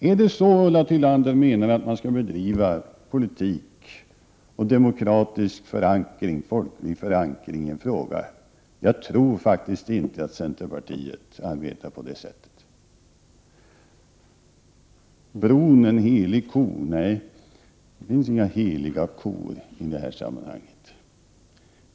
Är det så Ulla Tillander menar att man skall bedriva politik och demokratisk, folklig förankring i en fråga? Jag tror faktiskt inte att centerpartiet arbetar på det sättet. Bron en helig ko. Nej, det finns inga heliga kor i det här sammanhanget.